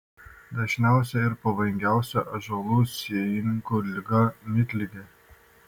dažniausia ir pavojingiausia ąžuolų sėjinukų liga miltligė